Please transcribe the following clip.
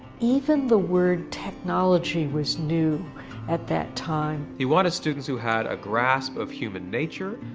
even the word technology was new at that time. he wanted students who had a grasp of human nature,